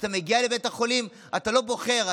כשאתה מגיע לבית החולים אתה לא בוחר,